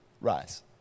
rise